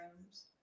rooms